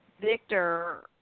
Victor